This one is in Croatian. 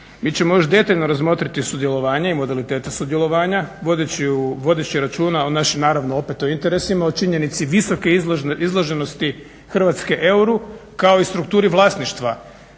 mi ćemo još detaljno razmotriti sudjelovanje i modalitete sudjelovanja, vodeći računa o našim naravno opet o interesima, o činjenici visoke izloženosti Hrvatske euru, kao i strukturi vlasništva